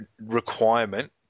requirement